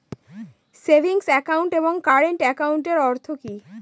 Savings account এবং current একাউন্টের অর্থ কি?